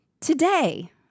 Today